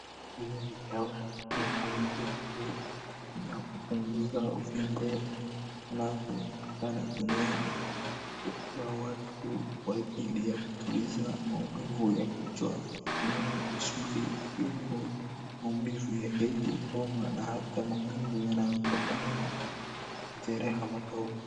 Hii ni dawa ya maumivu inayopunguza uvimbe inayotumika sana duniani. Hupewa watu kwa ajiliya kutuliza maumivu ya kichwa, meno, misuli, viungo, maumivu ya hedhi, homa na hata maumivu yanayotokana na jeraha madogo.